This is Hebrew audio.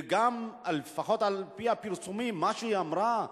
וגם, לפחות על-פי הפרסומים, מה שהיא אמרה: